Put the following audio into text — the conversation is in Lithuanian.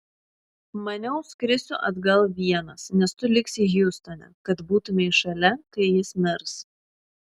maniau skrisiu atgal vienas nes tu liksi hjustone kad būtumei šalia kai jis mirs